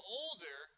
older